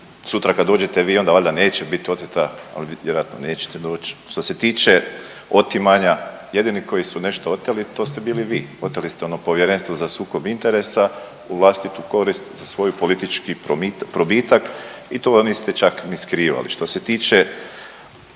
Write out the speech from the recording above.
Sutra kad dođete vi onda valjda neće bit oteta, al vi vjerojatno nećete doć. Što se tiče otimanja jedini koji su nešto oteli to ste bili vi, oteli ste ono Povjerenstvo za sukob interesa u vlastitu korist za svoj politički probitak i to niste čak ni skrivali. Što se tiče